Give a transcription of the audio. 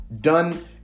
done